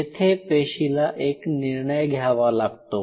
येथे पेशीला एक निर्णय घ्यावा लागतो